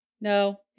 No